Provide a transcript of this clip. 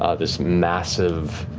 ah this massive,